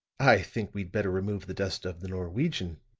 i think we'd better remove the dust of the norwegian,